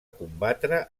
combatre